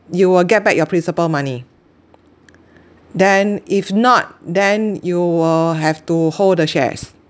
you will get back your principal money then if not then you will have to hold the shares